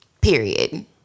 period